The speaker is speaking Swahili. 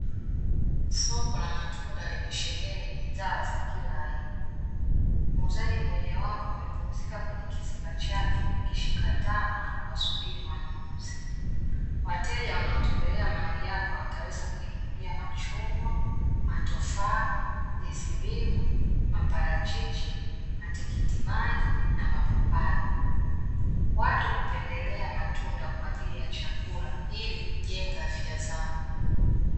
Soko la matunda limesheheni bidhaa za kila aina, muuzaji mmoja wapo amepumzika kwenye kizimba chake akishika tama na kuwasubiri wanunuzi. Wateja wanaotembelea mahali hapa wataweza kujinunulia machungwa matofaa, ndizi mbivu, maparachichi, matikiti maji na mapapai. Watu hupendelea matunda kwaajili ya chakula ili kujenga afya zao.